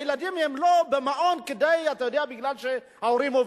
הילדים לא במעון מפני שההורים עובדים,